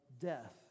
death